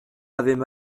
avaient